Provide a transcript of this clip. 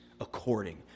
according